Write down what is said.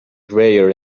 rare